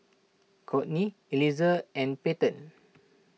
Kourtney Eliezer and Payten